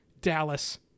Dallas